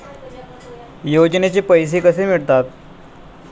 योजनेचे पैसे कसे मिळतात?